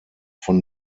von